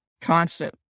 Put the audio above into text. constant